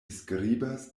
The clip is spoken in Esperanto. skribas